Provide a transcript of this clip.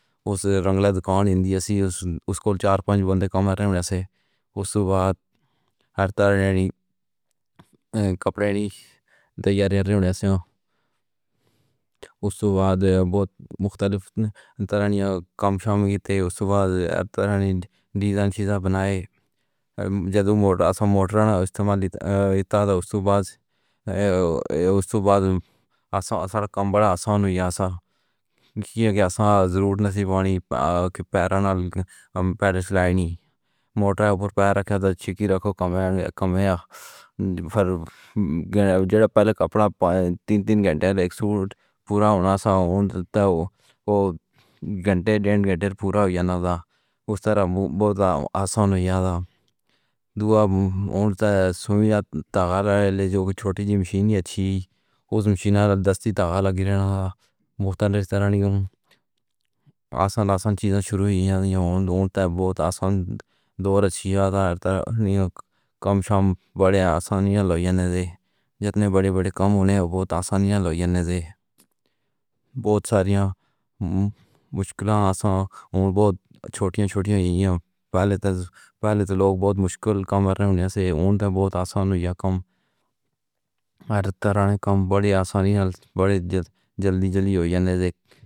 اوس رنگلا دکان ہندی اسی، اس کو چار پنج بن دے کام رہنے سے اس وقت تھا نہیں کپڑے دیار ہیں۔ اس وقت بہت مختلف طرح دے کم شام دیے تھے۔ اس وقت ہماری جیزاں چیزیں بنایاں جدوں موٹر موٹر دا استعمال کیتا تھا۔ اس دے بعد آسان سر کمبہ آسان ہو گیا۔ ضرور نئیں پانی پیرا نال پہنچݨی موٹر تے پائے رکھدا ہے جو رکھو کم ہے یا کم ہے۔ پر جڈا پہلے کپڑا پالے تین تین گھنٹے لیکس اُٹھ پورا ہوݨا تھا۔ گھنٹے ڈیڑھ گھنٹے پورا ہویا نئیں تھا۔ اس طرح بہت آسان ہو گیا تھا۔ دعا تے سویا تا ہر ایلے جو چھوٹیاں جیاں مشیناں تھیاں، اوہ مشیناں دستی طاقت گرنا مختلف طرح آسان آسان چیزیں شروع ہوئیاں تھیاں۔ بہت آسان دور تھا۔ کم شام وڈیاں آسانیاں ہوندیاں تھیاں۔ جتنے وڈے وڈے کم ہووݨ بہت آسانیاں ہوندیاں تھیاں۔ بہت ساریاں مشکلات ہم بہت چھوٹیاں چھوٹیاں پہلے تھیاں۔ پہلے تو لوک بہت مشکل کم کر رہے تھے۔ بہت آسان ہو گیا کم عرصے وچ، کم وڈیاں آسانیاں نال تے وڈی جلدی جلدی ہوئی۔